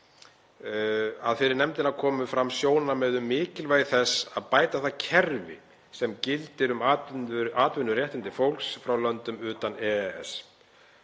Fyrir nefndinni komu fram sjónarmið um mikilvægi þess að bæta það kerfi sem gildir um atvinnuréttindi fólks frá löndum utan EES.